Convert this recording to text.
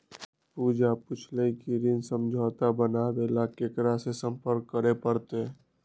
पूजा पूछल कई की ऋण समझौता बनावे ला केकरा से संपर्क करे पर तय?